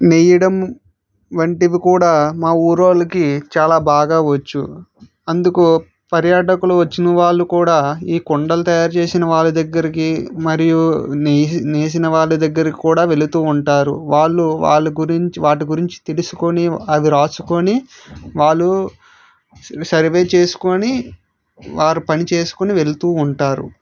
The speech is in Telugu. నేయడం వంటివి కూడా మా ఊరోళ్ళకి చాలా బాగా వచ్చు అందుకు పర్యాటకులు వచ్చిన వాళ్ళు కూడా ఈ కుండలు తయారు చేసిన వాళ్ళ దగ్గరికి మరియు నేసి నేసిన వాళ్ళ దగ్గర కూడా వెళుతూ ఉంటారు వాళ్ళు వాళ్ళ గురించి వాటి గురించి తెలుసుకొని అవి వ్రాసుకొని వాళ్ళు సర్వే చేసుకొని వారు పని చేసుకుని వెళుతూ ఉంటారు